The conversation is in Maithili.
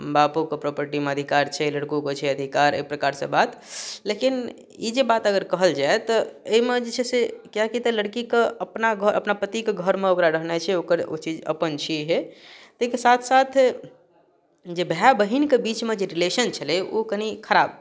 बापोके प्रॉपर्टीमे अधिकार छै लड़कोके छै अधिकार अइ प्रकारसँ बात लेकिन ई जे बात अगर कहल जाइ तऽ अइमे जे छै से किएक कि तऽ लड़कीके अपना घ अपना पतिके घरमे ओकरा रहनाय छै ओकर ओ चीज अपन छियैहे तैके साथ साथ जे भाय बहिनके बीचमे जे रिलेशन छलै ओ कनी खराब